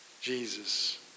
Jesus